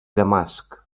damasc